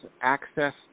access